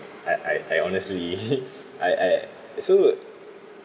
I I I honestly I I so